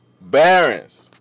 Barons